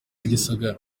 gisagara